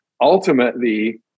ultimately